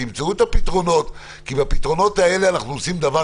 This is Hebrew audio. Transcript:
תמצאו את הפתרונות כי בפתרונות האלה אנחנו עושים דבר